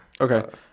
Okay